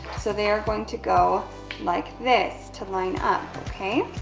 so, they are going to go like this to line up, okay?